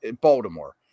Baltimore